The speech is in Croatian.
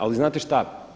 Ali znate šta?